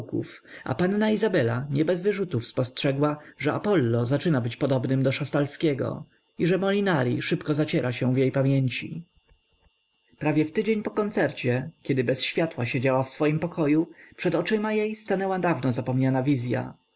a panna izabela nie bez wyrzutów spostrzegła że apolo zaczyna być podobnym do szastalskiego i że molinari szybko zaciera się w jej pamięci prawie w tydzień po koncercie kiedy bez światła siedziała w swoim pokoju przed oczyma jej stanęła dawno zapomniana wizya